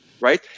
Right